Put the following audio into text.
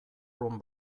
room